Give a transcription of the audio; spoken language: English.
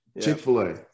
Chick-fil-A